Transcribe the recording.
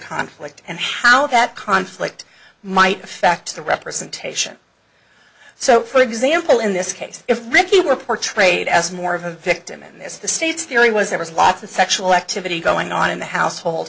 conflict and how that conflict might affect the representation so for example in this case if ricky were portrayed as more of a victim in this the state's theory was there was lots of sexual activity going on in the household